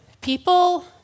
people